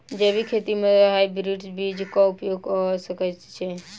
जैविक खेती म हायब्रिडस बीज कऽ उपयोग कऽ सकैय छी?